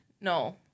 No